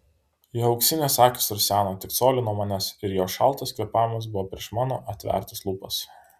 jo auksinės akys ruseno tik colį nuo manęs ir jo šaltas kvėpavimas buvo prieš mano atvertas lūpas